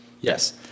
Yes